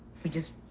we just.